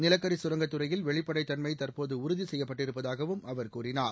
நிலக்கரி கரங்கத் துறையில் வெளிப்படைத்தன்மை தற்போது உறுதி செய்யப்பட்டிருப்பதாகவும் அவர் கூறினார்